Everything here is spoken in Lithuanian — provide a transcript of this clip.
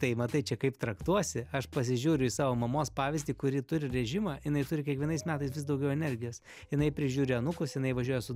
tai matai čia kaip traktuosi aš pasižiūriu į savo mamos pavyzdį kuri turi režimą jinai turi kiekvienais metais vis daugiau energijos jinai prižiūri anūkus jinai važiuoja su